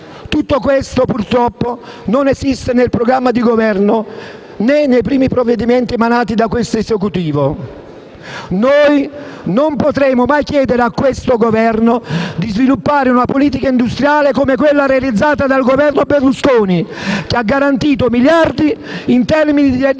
Tutto questo, purtroppo, non esiste nel programma di Governo, né nei primi provvedimenti da esso emanati. Noi non potremo mai chiedere a questo Governo di sviluppare una politica industriale come quella realizzata dal Governo Berlusconi, che ha garantito miliardi in termini di redditività,